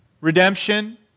redemption